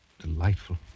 Delightful